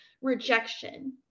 rejection